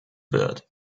wird